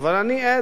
אדוני השר,